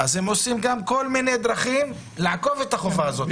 אז הם עושים כל מיני דרכים לעקוף את החובה הזאת.